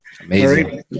Amazing